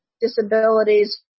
disabilities